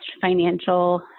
financial